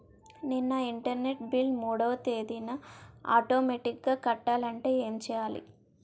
నేను నా internet bill మూడవ తేదీన ఆటోమేటిగ్గా కట్టాలంటే ఏం చేయాలి?